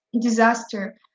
disaster